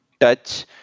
touch